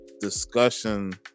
discussion